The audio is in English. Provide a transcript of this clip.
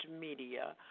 media